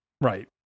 Right